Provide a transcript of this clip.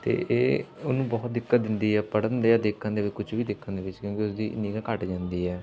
ਤੇ ਇਹ ਉਹਨੂੰ ਬਹੁਤ ਦਿੱਕਤ ਦਿੰਦੀ ਹੈ ਪੜ੍ਹਨ ਦੇ ਜਾਂ ਦੇਖਣ ਦੇ ਵਿੱਚ ਕੁਛ ਵੀ ਦੇਖਣ ਦੇ ਵਿੱਚ ਕਿਉਂਕਿ ਉਸਦੀ ਨਿਗ੍ਹਾ ਘੱਟ ਜਾਂਦੀ ਹੈ